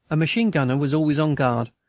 a machine-gunner was always on guard,